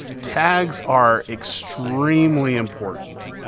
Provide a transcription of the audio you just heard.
tags are extremely important.